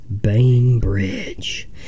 Bainbridge